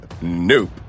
Nope